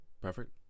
perfect